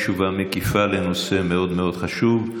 תשובה מקיפה בנושא מאוד חשוב.